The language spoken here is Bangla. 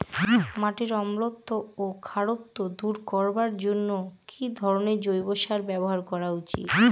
মাটির অম্লত্ব ও খারত্ব দূর করবার জন্য কি ধরণের জৈব সার ব্যাবহার করা উচিৎ?